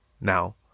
now